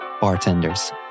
bartenders